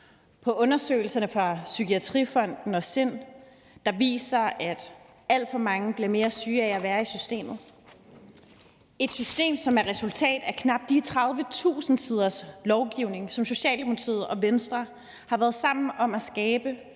på undersøgelserne fra Psykiatrifonden og SIND, der viser, at alt for mange bliver mere syge af at være i systemet – et system, som er resultat af de knap 30.000 siders lovgivning, som Socialdemokratiet og Venstre har været sammen om at skabe,